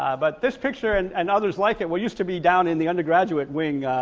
ah but this picture and and others like it what used to be down in the undergraduate wing,